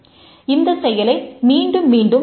இந்த செயலை மீண்டும் மீண்டும் செய்ய வேண்டும்